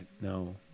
No